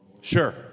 Sure